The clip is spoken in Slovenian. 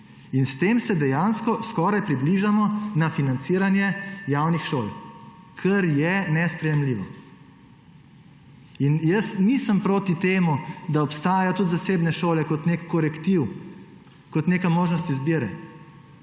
S tem se dejansko skoraj približamo na financiranje javnih šol, kar je nesprejemljivo. Jaz nisem proti temu, da obstajajo tudi zasebne šole kot nek korektiv, kot neka možnost izbire.